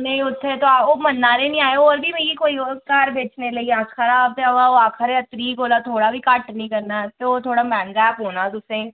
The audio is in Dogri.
उ'नेंगी उत्थे तां ओह् म'न्ना दे नी ऐ होर बी मिकी कोई घर बेचने लेई आक्खा दा ते ओह् आक्खा दे त्रीह् कोला थोह्ड़ा बी घट्ट नी करना ते ओह् थोह्ड़ा मैंह्गा गै पौना तुसें